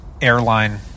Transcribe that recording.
airline